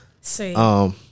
See